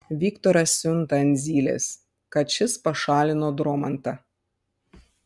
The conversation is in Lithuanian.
viktoras siunta ant zylės kad šis pašalino dromantą